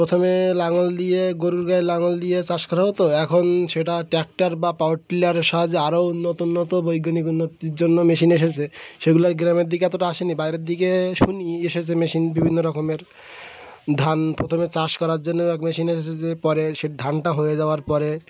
প্রথমে লাঙল দিয়ে গরুর গায়ে লাঙল দিয়ে চাষ করা হতো এখন সেটা ট্যাক্টর বা পাওয়ার টিলারের সাহায্যে আরও উন্নত উন্নত বৈজ্ঞানিক উন্নতির জন্য মেশিন এসেছে সেগুলোর গ্রামের দিকে এতটা আসেনি বাইরের দিকে শুনি এসেছে মেশিন বিভিন্ন রকমের ধান প্রথমে চাষ করার জন্য এক মেশিন এসেছে পরে সে ধানটা হয়ে যাওয়ার পরে